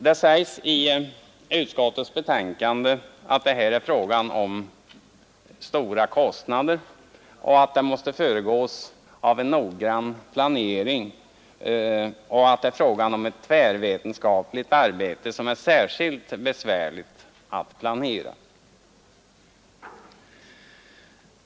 Det sägs i utskottets betänkande att det är fråga om stora kostnader, att arbetet måste föregås av noggrann planering och att det gäller ett tvärvetenskapligt arbete som är särskilt besvärligt att planera.